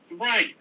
Right